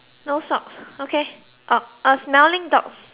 okay a a smelling dogs um